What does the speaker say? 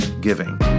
giving